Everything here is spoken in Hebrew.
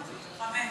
חמש.